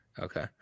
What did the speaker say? Okay